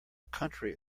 country